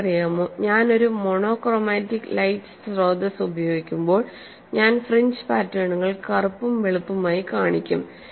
നിങ്ങൾക്കറിയാമോ ഞാൻ ഒരു മോണോക്രോമാറ്റിക് ലൈറ്റ് സ്രോതസ്സ് ഉപയോഗിക്കുമ്പോൾ ഞാൻ ഫ്രിഞ്ച് പാറ്റേണുകൾ കറുപ്പും വെളുപ്പും ആയി കാണിക്കും